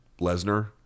Lesnar